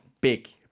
big